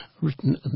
written